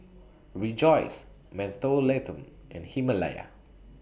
Rejoice Mentholatum and Himalaya